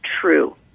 true